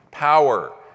power